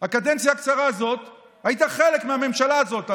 בקדנציה הקצרה הזאת היית חלק מהממשלה הזאת,